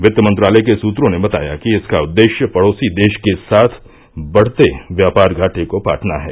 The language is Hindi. वित्त मंत्रालय के सूत्रों ने बताया कि इसका उद्देश्य पड़ोसी देश के साथ बढ़ते व्यापार घाटे को पाटना है